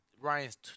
Ryan's